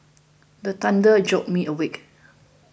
the thunder jolt me awake